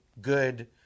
good